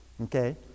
Okay